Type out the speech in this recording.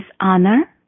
honor